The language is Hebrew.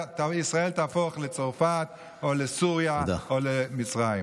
ישראל תהפוך לצרפת או לסוריה או למצרים.